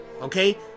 Okay